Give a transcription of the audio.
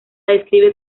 describe